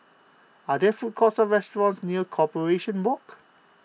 are there food courts or restaurants near Corporation Walk